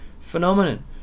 phenomenon